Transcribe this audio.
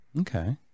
Okay